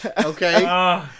Okay